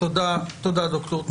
תודה דוקטור בן דוד.